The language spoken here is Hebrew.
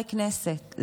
חברי כנסת,